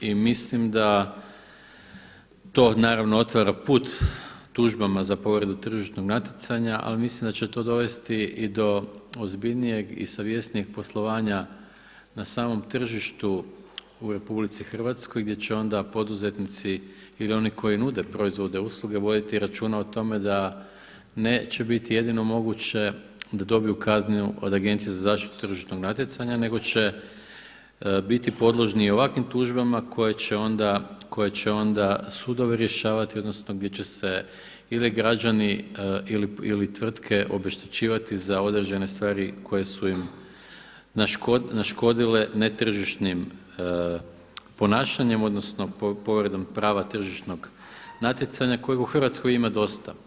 I mislim da to naravno otvara put tužbama za povredu tržišnog natjecanja, ali mislim da će to dovesti i do ozbiljnijeg i savjesnijeg poslovanja na samom tržištu u RH gdje će onda poduzetnici ili oni koji nude proizvode, usluge voditi računa o tome neće biti jedino moguće da dobiju kaznu od Agencije za zaštitu tržišnog natjecanja, nego će biti podložni i ovakvim tužbama koje će onda sudovi rješavati, odnosno gdje će se ili građani ili tvrtke obeštećivati za određene stvari koje su im naškodile netržišnim ponašanjem, odnosno povredom prava tržišnog natjecanja kojeg u Hrvatskoj ima dosta.